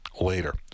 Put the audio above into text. later